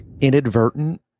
inadvertent